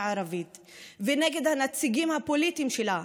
הערבית ונגד הנציגים הפוליטיים שלה.